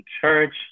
church